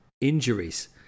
injuries